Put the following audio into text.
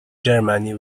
germany